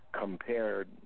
compared